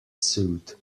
sewed